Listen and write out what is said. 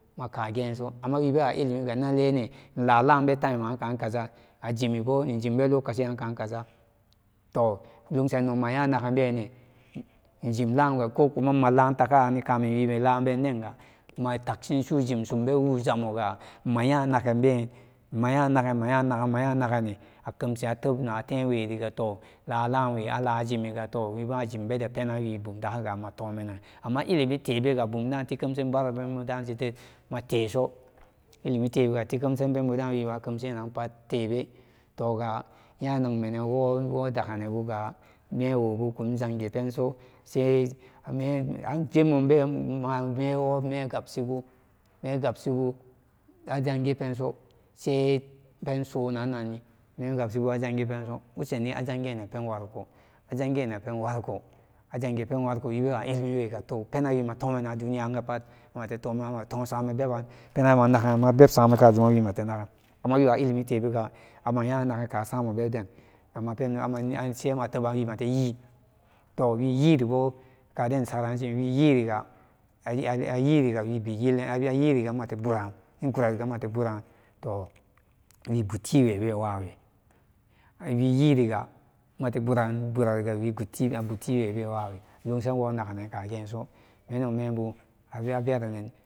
Makageso amma wibewa ilimiga nallene ilala be timeman beka kaza injimibo ijime lokaciran ka kaza toh lonsanan nog maya nagenne ijim lamga kokuma mala tagaranni kamun belaben denga mataggin su jimsum bewu gamega maya nagengen maya nage maya nagen maya nagenbene akemshi ate natemwega toh la lamwe ajimiga toh ajimbede pemanwi bumdagananga amate tomenan amma ilimi tebega bumda tikemsen bara membu dangidet mateso ilimi tebega tikemsan menbuda mateso tiken san membuda pat tewbe toga nya nagmenen worawo daka nebuga mewobu kunjangi penso seme womegabsibu mengabsibu ajangi peteso sepen so nan nanni megabsi bu ajangi peso ajanginnen pe warke ajan ginnepen warko ajangi pen warkoga abewa ilimiwega toh penan matomenna duniya rangapat nate tomen matosamen beban managn mabebsamenan penan managen mabebsamenan pat mate nagan amma iwa ilimite bega amaya nagen ka samu bebdan se amatoba amateyi yanni toh wiyiribo kaden saranshin wiyiribo wiyiriga ama samen wi yiriga mateburan wiyiriga mate buran toh wibutiwe bewawe wiyiriga mate buran iburariga wi butiwebe wawe awason wo naganen kageso menewmebu averenen